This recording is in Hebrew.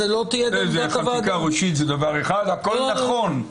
זו לא תהיה עמדת הוועדה.